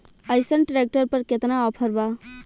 अइसन ट्रैक्टर पर केतना ऑफर बा?